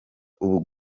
ubu